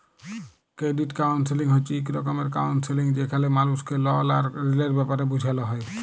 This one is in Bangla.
কেরডিট কাউলসেলিং হছে ইক রকমের কাউলসেলিংযেখালে মালুসকে লল আর ঋলের ব্যাপারে বুঝাল হ্যয়